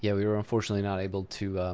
yeah we were unfortunately not able to